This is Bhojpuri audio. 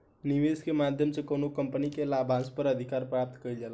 निवेस के माध्यम से कौनो कंपनी के लाभांस पर अधिकार प्राप्त कईल जाला